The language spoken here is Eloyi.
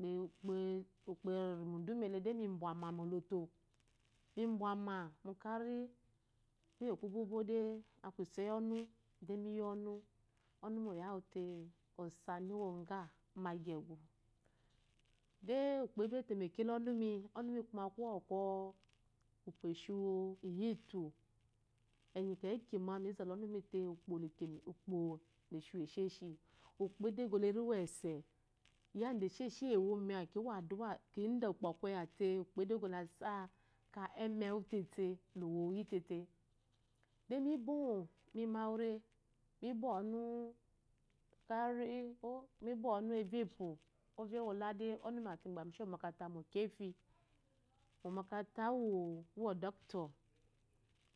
Ukpo iri udumi ele de mi bwama moloto mi bwama mu kari, kuyi ku bi bode aku iso iyi ɔnu de mi ya ɔnu. Ɔnu mi oyawu t osani onglah mu aggegude ukpo ebe temeke la ɔnumi. onumi kuma kuwo kɔ ukpo eshi wu lyitu, enyi kyeki ma mi zala ɔnumi te ukpo le shi wu esheshi, ukpo edego leriwu ese, yada esheshi rye ewome awu ki da ukpo koya te ukpo edege yasa ka eme wu tėfė lo wowuyi tėfė de bi o mi ma aure mibo ɔme kari ko mi bo ɔnu evya epo, ovya ola de ɔmumi ate mi gba mishe omakata mu okeffi omokata uwu e docto